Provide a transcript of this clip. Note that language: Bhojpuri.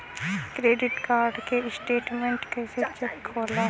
क्रेडिट कार्ड के स्टेटमेंट कइसे चेक होला?